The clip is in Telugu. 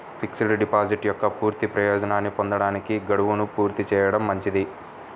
ఫిక్స్డ్ డిపాజిట్ యొక్క పూర్తి ప్రయోజనాన్ని పొందడానికి, గడువును పూర్తి చేయడం మంచిది